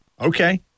Okay